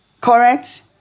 Correct